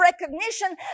recognition